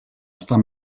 estar